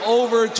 over